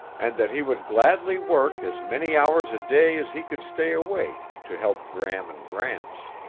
and that he would gladly work as many hours a day as he could stay awake to help gram and gramps.